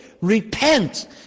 Repent